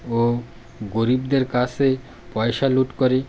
ও গরিবদের কাছে পয়সা লুট করে